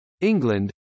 England